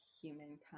humankind